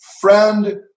friend